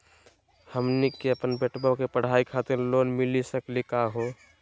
हमनी के अपन बेटवा के पढाई खातीर लोन मिली सकली का हो?